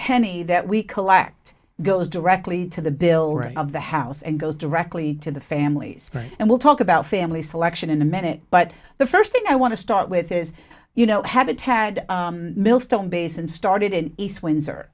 penny that we collect goes directly to the bill of the house and goes directly to the families and we'll talk about family selection in a minute but the first thing i want to start with is you know have a tad millstone base and started in east windsor